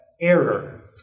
error